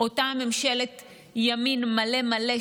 אותה ממשלת ימין מלא מלא,